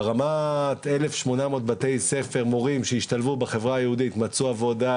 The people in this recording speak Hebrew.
ברמת אלף שמונה מאות מורים שהשתלבו בחברה היהודית,